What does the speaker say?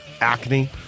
Acne